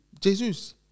Jesus